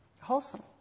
wholesome